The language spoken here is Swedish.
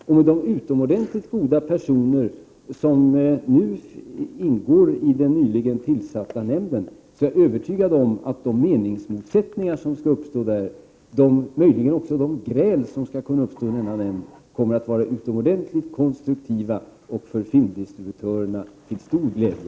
Och med de utomordentligt dugliga personer som nu ingår i den nyligen tillsatta nämnden är jag övertygad om att de meningsmotsättningar, och möjligen också de gräl som kommer att uppstå i denna nämnd, kommer att vara ytterligt konstruktiva och för filmdistributörerna till stor glädje.